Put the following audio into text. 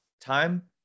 time